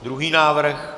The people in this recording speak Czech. Druhý návrh.